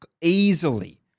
easily